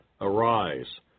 Arise